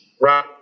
right